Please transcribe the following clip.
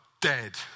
dead